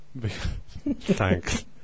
Thanks